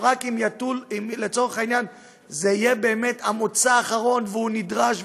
רק אם זה יהיה המוצא האחרון והוא נדרש,